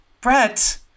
Brett